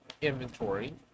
inventory